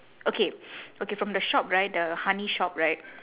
okay okay from the shop right the honey shop right